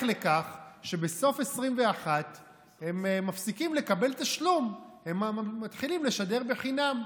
לכך שבסוף 2021 הם מפסיקים לקבל תשלום ומתחילים לשדר חינם.